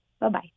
Bye-bye